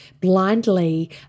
blindly